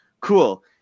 Cool